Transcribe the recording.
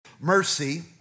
Mercy